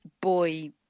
boy